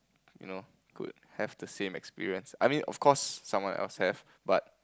you know could have the same experience I mean of course someone else have but